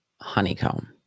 honeycomb